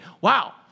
wow